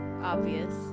obvious